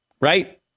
right